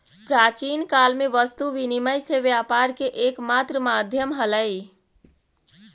प्राचीन काल में वस्तु विनिमय से व्यापार के एकमात्र माध्यम हलइ